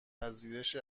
پذیرش